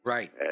Right